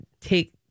take